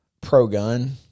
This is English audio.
pro-gun